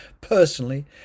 personally